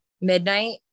Midnight